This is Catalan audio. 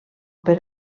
per